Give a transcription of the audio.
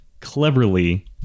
cleverly